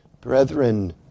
Brethren